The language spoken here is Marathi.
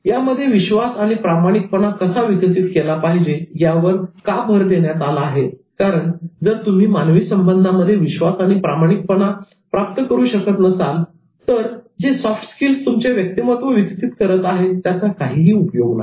यामध्ये विश्वास आणि प्रामाणिकपणा कसा विकसित केला पाहिजे यावर का भर देण्यात आला आहे कारण जर तुम्ही मानवी संबंधांमध्ये विश्वास आणि प्रामाणिकता प्राप्त करू शकत नसाल तर जे सॉफ्ट स्किल्स तुमचे व्यक्तिमत्व विकसित करत आहेत त्याचा काही उपयोग नाही